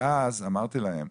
ואז אמרתי להם: